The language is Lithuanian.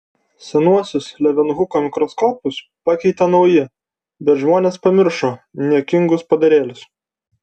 senuosius levenhuko mikroskopus pakeitė nauji bet žmonės pamiršo niekingus padarėlius